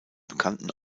bekannten